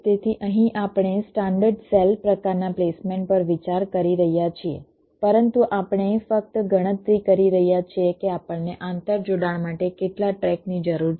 તેથી અહીં આપણે સ્ટાન્ડર્ડ સેલ પ્રકારના પ્લેસમેન્ટ પર વિચાર કરી રહ્યા છીએ પરંતુ આપણે ફક્ત ગણતરી કરી રહ્યા છીએ કે આપણને આંતરજોડાણ માટે કેટલા ટ્રેક ની જરૂર છે